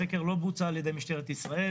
הסקר לא בוצע על ידי משטרת ישראל.